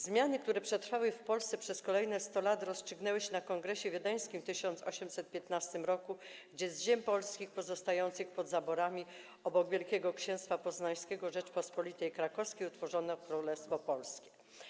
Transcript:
Zmiany, które przetrwały w Polsce przez kolejne 100 lat rozstrzygnęły się na kongresie wiedeńskim w 1815 r., gdy z ziem polskich pozostających pod zaborami, obok Wielkiego Księstwa Poznańskiego i Rzeczypospolitej Krakowskiej, utworzono Królestwo Polskie.